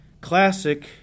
classic